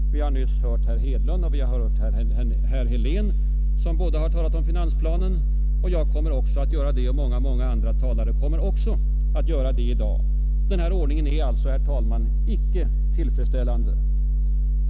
Vi har nyss hört herrar Hedlund och Helén, som båda har talat om finansplanen. Jag kommer också att göra det, och många andra talare likaså här i dag. Denna ordning är alltså, herr talman, icke tillfredsställande.